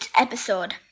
episode